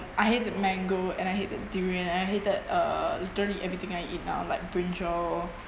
I hated mango and I hated durian and I hated uh literally everything I eat now like brinjal